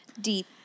Deep